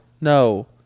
no